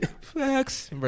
Facts